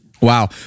wow